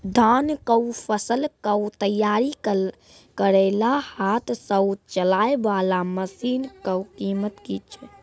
धान कऽ फसल कऽ तैयारी करेला हाथ सऽ चलाय वाला मसीन कऽ कीमत की छै?